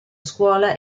scuola